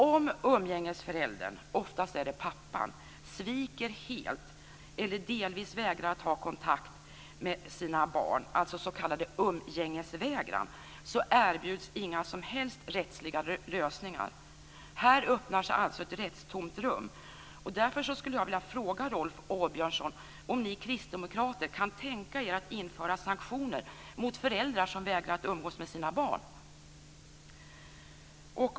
Om umgängesföräldern, oftast är det pappan, sviker helt eller delvis vägrar att ha kontakt med sina barn, s.k. umgängesvägran, erbjuds inga som helst rättsliga lösningar. Här öppnar sig alltså ett rättstomt rum. Därför skulle jag vilja fråga Rolf Åbjörnsson: Kan ni kristdemokrater tänka er att införa sanktioner mot föräldrar som vägrar att umgås med sina barn?